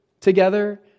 together